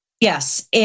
yes